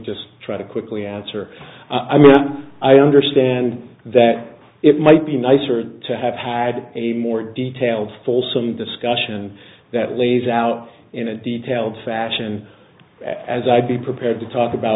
just try to quickly answer i mean i understand that it might be nicer to have had a more detailed fulsome discussion that lays out in a detailed fashion as i'd be prepared to talk about